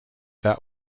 that